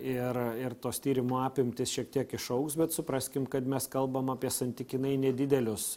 ir ir tos tyrimų apimtys šiek tiek išaugs bet supraskim kad mes kalbam apie santykinai nedidelius